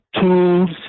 tools